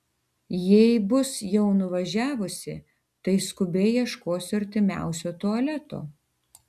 jei bus jau nuvažiavusi tai skubiai ieškosiu artimiausio tualeto